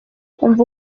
umva